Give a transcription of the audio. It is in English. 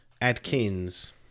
Adkins